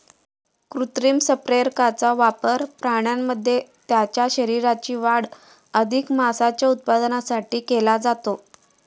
कृत्रिम संप्रेरकांचा वापर प्राण्यांमध्ये त्यांच्या शरीराची वाढ अधिक मांसाच्या उत्पादनासाठी केला जातो